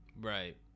right